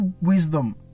wisdom